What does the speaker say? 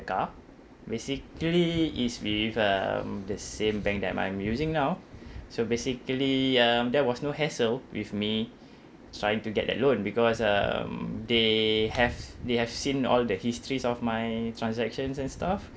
car basically it's with um the same bank that I'm using now so basically um there was no hassle with me trying to get that loan because um they have they have seen all the histories of my transactions and stuff